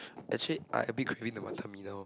actually I a bit craving for Wanton-Mee now